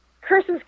curses